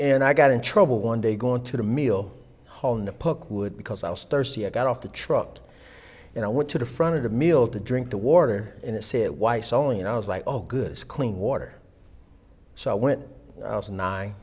and i got in trouble one day going to the meal holding the puck would because i was thirsty i got off the truck and i went to the front of the meal to drink the water in a sit weiss only and i was like oh good clean water so when i was nine